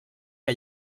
que